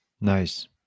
Nice